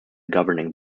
governing